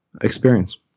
experience